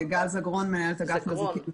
אני גל זגרון, מנהלת אגף מזיקים והדברה,